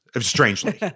Strangely